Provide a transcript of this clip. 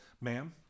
ma'am